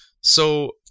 So-